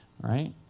Right